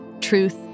truth